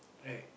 right